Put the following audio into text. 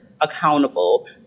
accountable